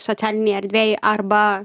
socialinėj erdvėj arba